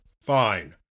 fine